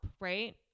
right